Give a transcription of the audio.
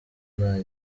nta